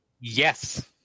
Yes